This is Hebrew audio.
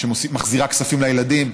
שמחזירה כספים לילדים,